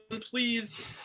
please